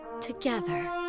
together